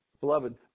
Beloved